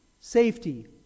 safety